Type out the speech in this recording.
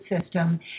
system